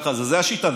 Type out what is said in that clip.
זאת השיטה,